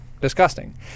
disgusting